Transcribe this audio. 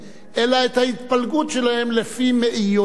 אלא את ההתפלגות שלהם לפי מאיונים,